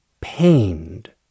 pained